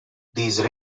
these